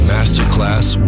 Masterclass